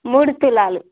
మూడు తులాలు